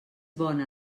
bona